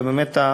ובאמת,